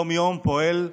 פועל יום-יום,